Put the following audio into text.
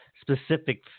specific